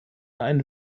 ein